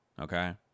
okay